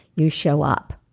you show up.